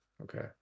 okay